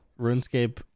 RuneScape